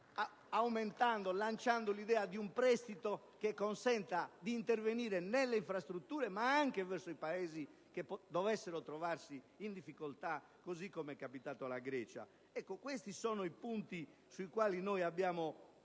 degli *eurobond*, avanzando l'idea di un prestito che consenta di intervenire nelle infrastrutture, ma anche verso i Paesi che dovessero trovarsi in difficoltà, così come è capitato alla Grecia? Ecco, questi sono i punti, su cui abbiamo avviato